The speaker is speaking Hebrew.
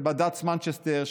של בד"ץ מנצ'סטר,